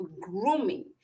grooming